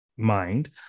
mind